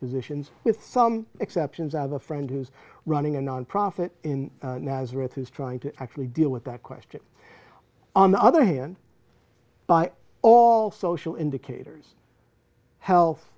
positions with some exceptions i have a friend who's running a nonprofit in nazareth who's trying to actually deal with that question on the other hand by all social indicators health